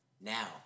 Now